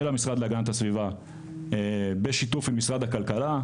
המשרד להגנת הסביבה בשיתוף עם משרד הכלכלה,